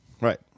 right